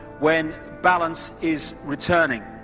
when balance is returning.